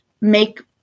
make